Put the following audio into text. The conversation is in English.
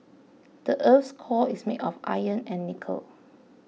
the earth's core is made of iron and nickel